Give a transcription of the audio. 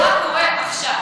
מה קורה עכשיו?